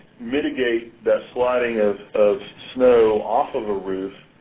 mitigate the sliding of of snow off of a roof.